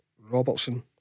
Robertson